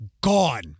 gone